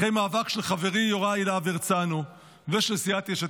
אחרי מאבק של חברי יוראי להב הרצנו ושל סיעת יש עתיד,